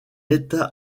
état